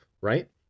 right